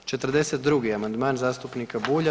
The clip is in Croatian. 42. amandman zastupnika Bulja.